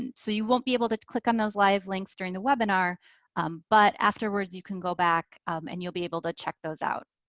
and so you won't be able to click on those live links during the webinar but afterwards you can go back and you'll be able to check those out.